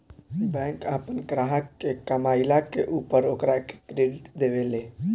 bank आपन ग्राहक के कमईला के ऊपर ओकरा के क्रेडिट देवे ले